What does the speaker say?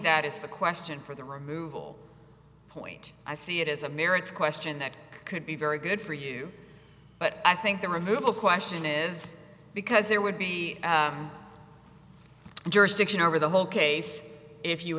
that as the question for the removal point i see it as a merits question that could be very good for you but i think the removal question is because there would be jurisdiction over the whole case if you